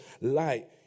light